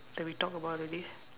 that we talked about already